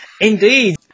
Indeed